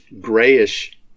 grayish